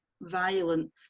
violent